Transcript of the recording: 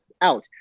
out